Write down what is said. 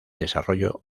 desarrollo